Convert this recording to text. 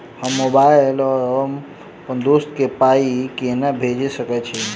हम मोबाइल सअ अप्पन दोस्त केँ पाई केना भेजि सकैत छी?